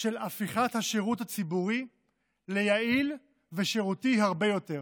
של הפיכת השירות הציבורי ליעיל ושירותי הרבה יותר.